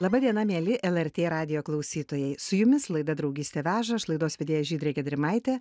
laba diena mieli lrt radijo klausytojai su jumis laida draugystė veža aš laidos vedėja žydrė gedrimaitė